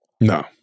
No